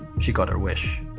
she got her wish.